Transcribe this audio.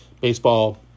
Baseball